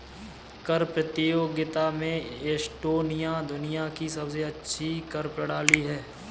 कर प्रतियोगिता में एस्टोनिया दुनिया की सबसे अच्छी कर प्रणाली है